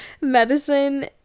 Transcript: medicine